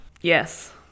Yes